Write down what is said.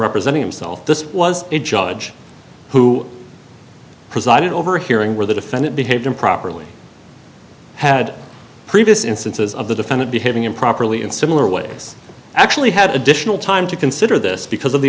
representing himself this was a judge who presided over hearing where the defendant behaved improperly had previous instances of the defendant behaving improperly in similar ways actually had additional time to consider this because of the